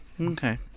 okay